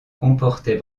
comportait